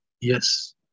Yes